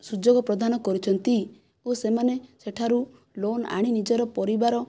ସୁଯୋଗ ପ୍ରଦାନ କରିଛନ୍ତି ଓ ସେମାନେ ସେଠାରୁ ଲୋନ୍ ଆଣି ନିଜର ପରିବାର